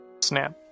Snap